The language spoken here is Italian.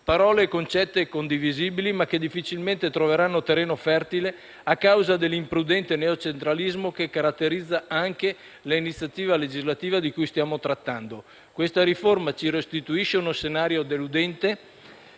parole e concetti condivisibili, ma che difficilmente troveranno terreno fertile a causa dell'imprudente neocentralismo che caratterizza anche l'iniziativa legislativa di cui stiamo trattando. Questa riforma ci restituisce uno scenario deludente,